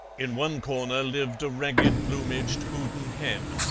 in one corner lived a ragged-plumaged houdan hen,